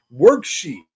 worksheet